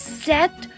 set